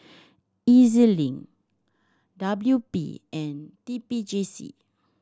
E Z Link W P and T P J C